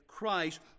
Christ